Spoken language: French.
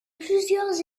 plusieurs